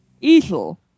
Easel